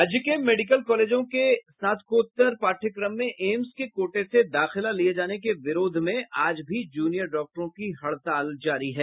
राज्य के मेडिकल कॉलेजों के स्नातकोत्तर पाठ्यक्रम में एम्स के कोटे से दाखिला लिये जाने के विरोध में आज भी जूनियर डॉक्टरों की हड़ताल जारी है